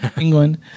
England